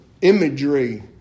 imagery